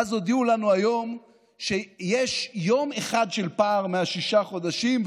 ואז הודיעו לנו היום שיש יום אחד של פער משישה החודשים,